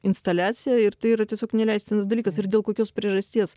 instaliacija ir tai yra tiesiog neleistinas dalykas ir dėl kokios priežasties